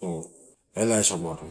se elaiasa umado.